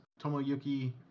tomoyuki